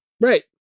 Right